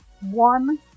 One